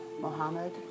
Mohammed